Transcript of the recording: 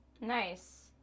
Nice